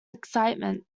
excitement